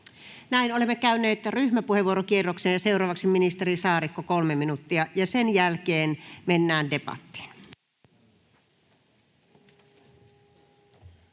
Näin olemme käyneet ryhmäpuheenvuorokierroksen. — Seuraavaksi ministeri Saarikko 3 minuuttia, ja sen jälkeen mennään debattiin.